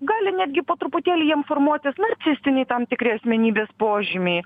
gali netgi po truputėlį jiem formuotis nacistiniai tam tikri asmenybės požymiai